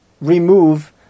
remove